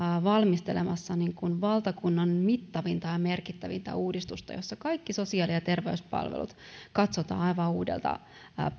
valmistelemassa valtakunnan mittavinta ja merkittävintä uudistusta jossa kaikki sosiaali ja terveyspalvelut katsotaan aivan uudelta